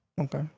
Okay